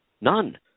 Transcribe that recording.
none